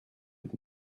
with